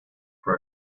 for